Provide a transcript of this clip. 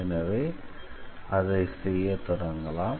எனவே அதை செய்ய தொடங்கலாம்